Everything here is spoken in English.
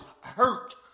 hurt